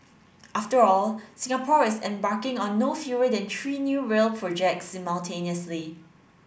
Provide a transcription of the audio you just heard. after all Singapore is embarking on no fewer than three new rail projects simultaneously